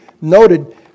noted